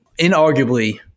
inarguably